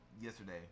yesterday